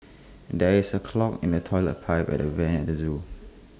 there is A clog in the Toilet Pipe and the air Vents at the Zoo